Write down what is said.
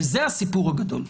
וזה הסיפור הגדול.